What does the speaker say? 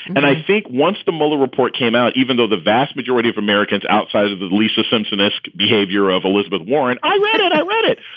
and i think once the mueller report came out, even though the vast majority of americans outside of at least the simpson esque behavior of elizabeth warren, i read i read it